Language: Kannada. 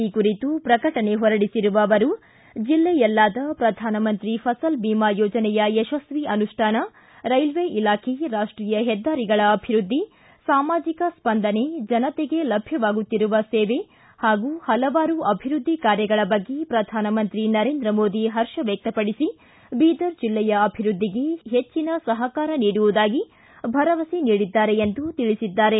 ಈ ಕುರಿತು ಪ್ರಕಟಣೆ ಹೊರಡಿಸಿರುವ ಅವರು ಜಿಲ್ಲೆಯಲ್ಲಾದ ಪ್ರಧಾನಮಂತ್ರಿ ಫಸಲ್ ಬಿಮಾ ಯೋಜನೆಯ ಯಶಸ್ವಿ ಅನುಷ್ಠಾನ ರೈಲ್ವೆ ಇಲಾಖೆ ರಾಷ್ಟೀಯ ಪೆದ್ದಾರಿಗಳ ಅಭಿವೃದ್ದಿ ಸಾಮಾಜಿಕ ಸ್ಪಂದನೆ ಜನತೆಗೆ ಲಭ್ಯವಾಗುತ್ತಿರುವ ಸೇವೆ ಹಾಗೂ ಪಲವಾರು ಅಭಿವೃದ್ದಿ ಕಾರ್ಯಗಳ ಬಗ್ಗೆ ಪ್ರಧಾನಮಂತ್ರಿ ನರೇಂದ್ರ ಮೋದಿ ಅವರು ಪರ್ಷ ವ್ಯಕ್ತಪಡಿಸಿ ಬೀದರ್ ಜಿಲ್ಲೆಯ ಅಭಿವೃದ್ದಿಗೆ ಇನ್ನು ಹೆಚ್ಚಿನ ಸಹಕಾರ ನೀಡುವುದಾಗಿ ಭರವಸೆ ನೀಡಿದ್ದಾರೆ ಎಂದು ತಿಳಿಸಿದ್ದಾರೆ